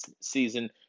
season